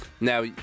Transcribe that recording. Now